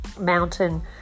mountain